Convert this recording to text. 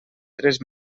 tres